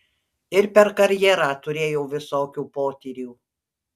ir per karjerą turėjau visokių potyrių